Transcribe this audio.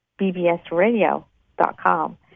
bbsradio.com